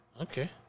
Okay